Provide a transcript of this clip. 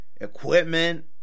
equipment